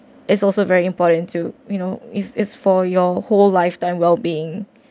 it's also very important to you know it's it's for your whole lifetime wellbeing